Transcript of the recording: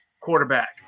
quarterback